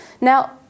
Now